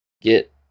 get